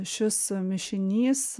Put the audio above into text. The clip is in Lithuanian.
šis mišinys